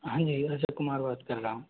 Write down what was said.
हाँ जी रजत कुमार बात कर रहा हूँ